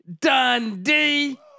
Dundee